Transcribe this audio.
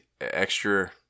extra